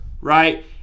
right